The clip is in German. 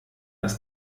das